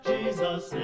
Jesus